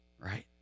Right